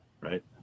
right